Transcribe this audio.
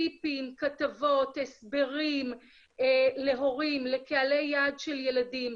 טיפים, כתבות, הסברים להורים, לקהלי יעד של ילדים.